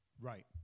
Right